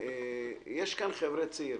יש כאן חבר'ה צעירים,